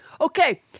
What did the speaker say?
Okay